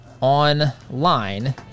online